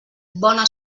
bona